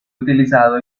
utilizado